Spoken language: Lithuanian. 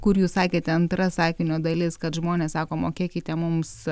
kur jūs sakėte antra sakinio dalis kad žmonės sako mokėkite mums